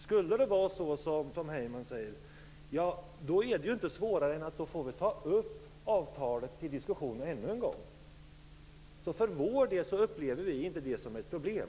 Skulle det vara så, som Tom Heyman säger, får vi ta upp avtalet till diskussion ännu en gång - svårare är det inte. Vi upplever för vår del inte det som ett problem.